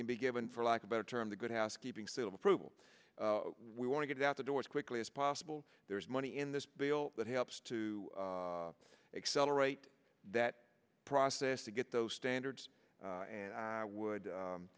can be given for lack of better term the good housekeeping seal of approval we want to get out the door as quickly as possible there's money in this bill that helps to accelerate that process to get those standards and i would